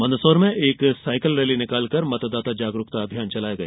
मंदसौर में cycle rally निकालकर मतदाता जागरूकता अभियान चलाया गया